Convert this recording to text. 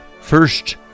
first